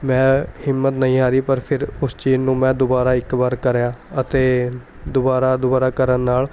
ਮੈਂ ਹਿੰਮਤ ਨਹੀਂ ਹਾਰੀ ਪਰ ਫਿਰ ਉਸ ਚੀਜ਼ ਨੂੰ ਮੈਂ ਦੁਬਾਰਾ ਇੱਕ ਵਾਰ ਕਰਿਆ ਅਤੇ ਦੁਬਾਰਾ ਦੁਬਾਰਾ ਕਰਨ ਨਾਲ